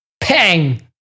Pang